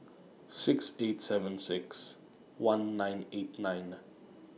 six eight seven six one nine eight nine